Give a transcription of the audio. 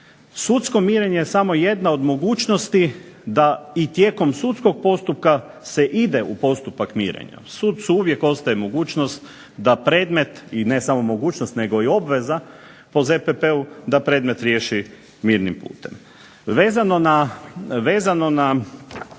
Sudsko mirenje je samo jedna od mogućnosti da i tijekom sudskog postupka se ide u postupak mirenja. Sucu uvijek ostaje mogućnost da predmet i ne samo mogućnost nego i obveza prema ZPP-u da predmet riješi mirnim putem. Vezano na